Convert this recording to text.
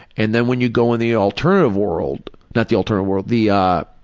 and then when you go in the alternative world, not the alternative world, the, ah,